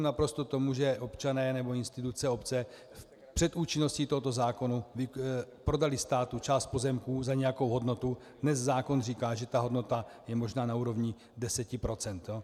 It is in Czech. Naprosto rozumím tomu, že občané nebo instituce, obce před účinností tohoto zákona prodali státu část pozemků za nějakou hodnotu, dnes zákon říká, že ta hodnota je možná na úrovni 10 %.